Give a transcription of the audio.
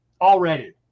already